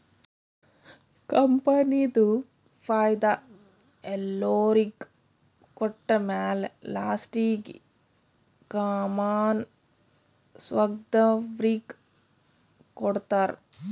ಕಂಪನಿದು ಫೈದಾ ಎಲ್ಲೊರಿಗ್ ಕೊಟ್ಟಮ್ಯಾಲ ಲಾಸ್ಟೀಗಿ ಕಾಮನ್ ಸ್ಟಾಕ್ದವ್ರಿಗ್ ಕೊಡ್ತಾರ್